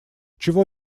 чего